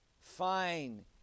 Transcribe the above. fine